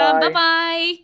Bye-bye